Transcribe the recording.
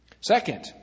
Second